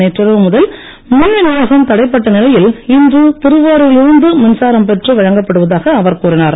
நேற்றிரவு முதல் மின்வினியோகம் தடைப்பட்ட நிலையில் இன்று திருவாரூ ரில் இருந்து மின்சாரம் பெற்று வழங்கப்படுவதாக அவர் கூறினார்